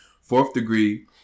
fourth-degree